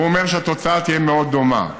הוא אומר שהתוצאה תהיה מאוד דומה,